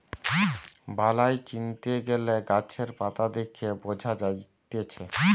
বালাই চিনতে গ্যালে গাছের পাতা দেখে বঝা যায়তিছে